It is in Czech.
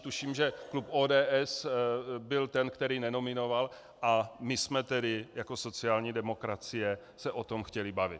Tuším, že klub ODS byl ten, který nenominoval, a my jsme se jako sociální demokracie o tom chtěli bavit.